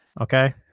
Okay